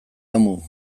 amu